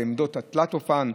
בעמדות התלת-אופן,